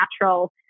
natural